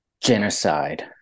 genocide